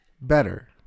better